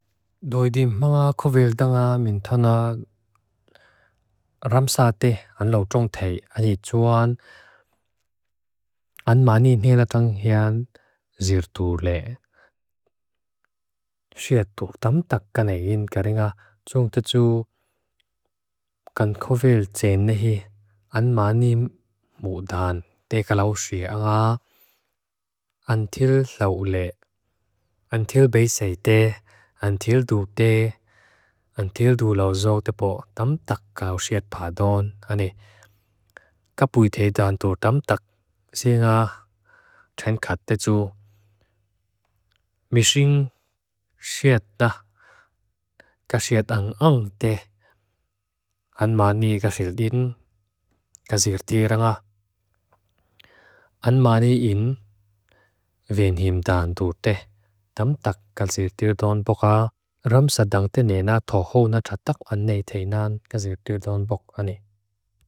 Antheldu de, antheldu lau zo tepo tam tak kaaw xet paadon. Ani, kapuite dan tur tam tak. Senga chen khat te tu mishing xet na, kaxet ang ang te. Anmani kaxel din, kaxir tira nga. Anmani in, venhim dan dur te. Tam tak kaxir tir don boka. Ram sadang te nena toho na chatak ane te nan kaxir tir don boka.